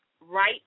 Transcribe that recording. right